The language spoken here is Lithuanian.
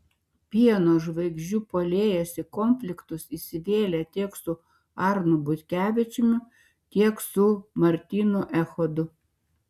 pieno žvaigždžių puolėjas į konfliktus įsivėlė tiek su arnu butkevičiumi tiek su martynu echodu